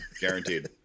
Guaranteed